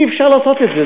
אי-אפשר לעשות את זה.